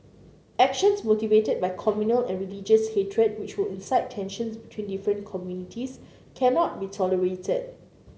actions motivated by communal and religious hatred which will incite tensions between different communities cannot be tolerated